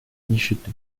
нищеты